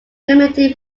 community